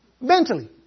Mentally